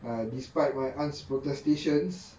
ah despite my aunts' protestations